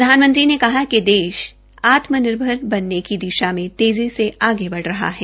प्रधानमंत्री ने कहा कि देश आत्मनिर्भर बनने की दिशा में तेज़ी से आगे बढ़ रहा है